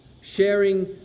sharing